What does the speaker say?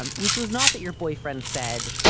um which was not that your boyfriend said,